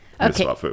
Okay